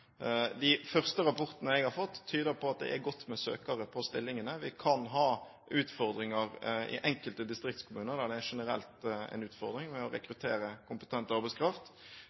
De første rapportene jeg har fått, tyder på at det er godt med søkere til stillingene. Vi kan ha utfordringer. I enkelte distriktskommuner er det generelt en utfordring å rekruttere kompetent arbeidskraft,